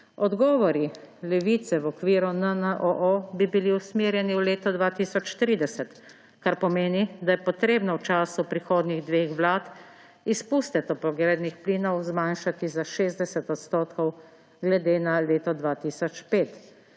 Odgovori Levice v okviru NNOO bi bili usmerjeni v leto 2030, kar pomeni, da je treba v času prihodnjih dveh vlad izpuste toplogrednih plinov zmanjšati za 60 % glede na leto 2005,